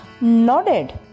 nodded